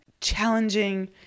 challenging